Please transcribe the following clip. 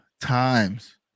times